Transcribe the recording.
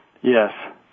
Yes